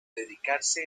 dedicarse